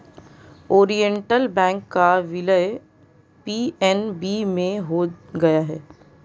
Oriental Bank का विलय PNB में हो गया है